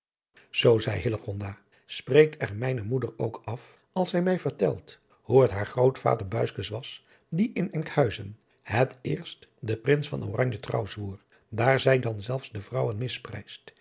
zeide hillegonda spreekt er mijne moeder ook af als zij mij vertelt hoe het haar grootvader buiskens was die in enkhuizen het eerst den prins van oranje trouw zwoer daar zij dan zelfs de vrouwen misprijst